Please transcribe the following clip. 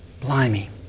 Blimey